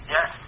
Yes